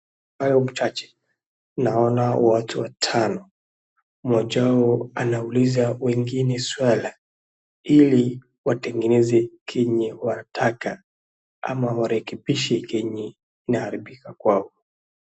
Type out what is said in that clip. Kwa hayo machache, naona watu watano. Mmoja wao anauliza wengine swali hili watengeneze chenye wanataka ama warekebishe chenye kinaharibika kwao.